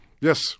Yes